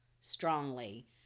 strongly